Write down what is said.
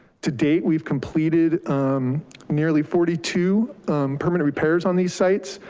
to date, we've completed nearly forty two permanent repairs on these sites.